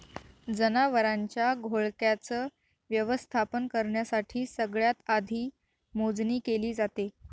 जनावरांच्या घोळक्याच व्यवस्थापन करण्यासाठी सगळ्यात आधी मोजणी केली जाते